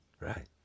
right